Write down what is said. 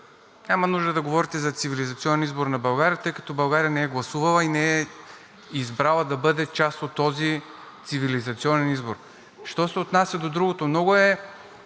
няма нужда да говорите за цивилизационен избор на България, тъй като България не е гласувала и не е избрала да бъде част от този цивилизационен избор. Що се отнася до другото. Много е